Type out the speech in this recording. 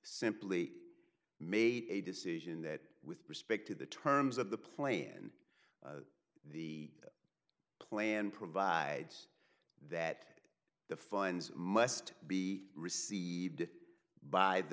simply made a decision that with respect to the terms of the plan the plan provides that the funds must be received by the